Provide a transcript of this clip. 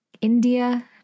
India